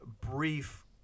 brief